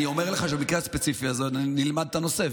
אני אומר לך שבמקרה הספציפי הזה נלמד את הנושא,